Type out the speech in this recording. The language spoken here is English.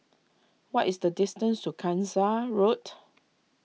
what is the distance to Gangsa Road